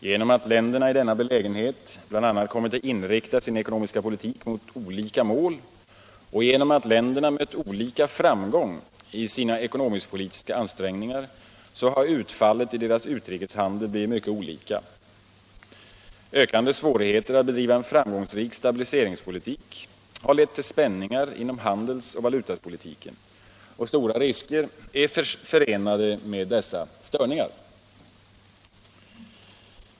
Genom att länder i denna belägenhet bl.a. kommit att inrikta sin ekonomiska politik mot olika mål och genom att länderna mött olika framgång i sina ekonomisk-politiska ansträngningar har utfallet i deras utrikeshandel blivit mycket olika. Ökande svårigheter att bedriva en framgångsrik stabiliseringspolitik har lett till spänningar inom handelsoch valutapolitiken. Stora risker är förenade med dessa störningar.